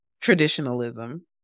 traditionalism